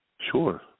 Sure